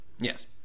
Yes